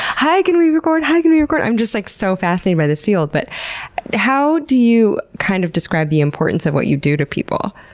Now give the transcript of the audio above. hi can we record? hi can we record? i'm just like so fascinated by this field. but how do you kind of describe the importance of what you do to people?